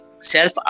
self